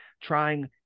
trying